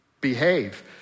behave